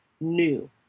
new